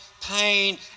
pain